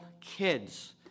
kids